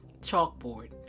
chalkboard